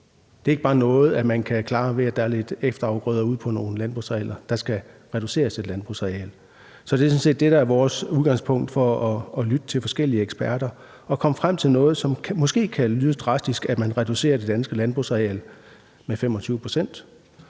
Det er ikke bare noget, man kan klare, ved at der er lidt efterafgrøder ude på nogle landbrugsarealer. Der skal reduceres et landbrugsareal. Så det er sådan set det, der er vores udgangspunkt for at lytte til forskellige eksperter, altså at komme frem til noget, som måske kan lyde lidt drastisk, nemlig at man reducerer det danske landbrugsareal med 25 pct.;